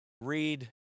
read